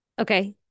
okay